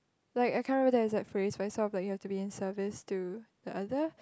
like I can't remember the exact phrase but it's sort of like you have to be in service to the other